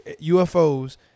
ufos